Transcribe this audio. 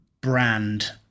brand